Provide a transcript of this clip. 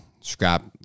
scrap